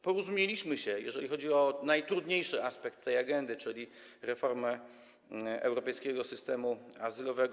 Porozumieliśmy się, jeżeli chodzi o najtrudniejszy aspekt tej agendy, czyli reformę europejskiego systemu azylowego.